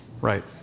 Right